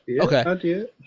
Okay